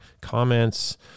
comments